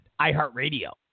iHeartRadio